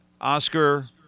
Oscar